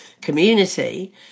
community